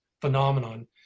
phenomenon